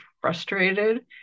frustrated